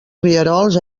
rierols